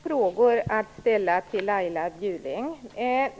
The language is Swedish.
Fru talman! Jag har två frågor att ställa till Laila Bjurling.